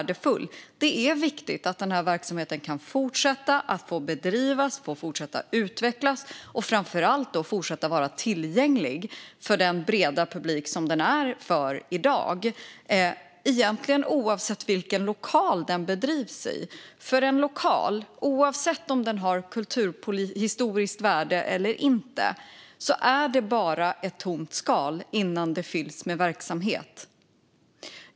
Det är viktigt att verksamheten kan fortsätta att bedrivas och utvecklas och framför allt fortsätta vara tillgänglig för den breda publiken precis som i dag, egentligen oavsett vilken lokal den bedrivs i. En lokal, oavsett om den har kulturhistoriskt värde eller inte, är ju bara ett tomt skal innan den fylls med verksamhet.